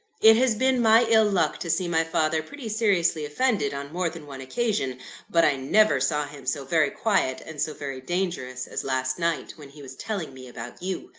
it has been my ill-luck to see my father pretty seriously offended on more than one occasion but i never saw him so very quiet and so very dangerous as last night when he was telling me about you.